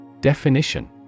Definition